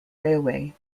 railway